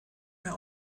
mehr